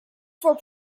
for